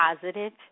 positive